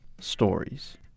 stories